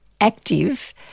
active